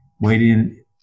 waiting